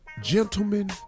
gentlemen